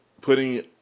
putting